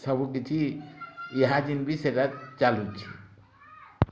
ସବୁ କିଛି ୟାହା ଯିନ୍ ବି ସେଟା ଚାଲୁଛି